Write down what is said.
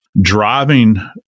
driving